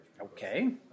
Okay